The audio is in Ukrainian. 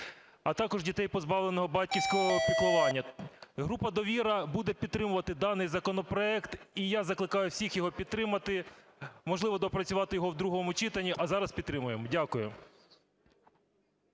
а також дітей, позбавлених батьківського піклування. Група "Довіра" буде підтримувати даний законопроект, і я закликаю всіх його підтримати. Можливо, доопрацювати його в другому читанні, а зараз підтримуємо. Дякую.